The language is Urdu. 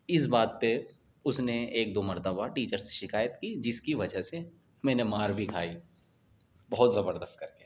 اس بات پہ اس نے ایک دو مرتبہ ٹیچر سے شکایت کی جس کی وجہ سے میں نے مار بھی کھائی بہت زبردست کر کے